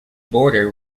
border